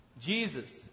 Jesus